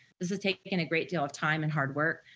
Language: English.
this has taken a great deal of time and hard work,